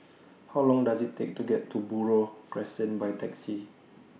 How Long Does IT Take to get to Buroh Crescent By Taxi